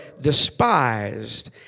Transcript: despised